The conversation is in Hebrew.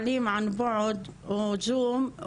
ואפילו שהלימודים היו בזום בתקופת הקורונה,